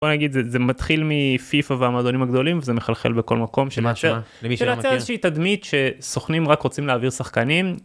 בוא נגיד, זה מתחיל מפיפא והמועדונים הגדולים וזה מחלחל בכל מקום שמייצר איזשהי תדמית שסוכנים רק רוצים להעביר שחקנים.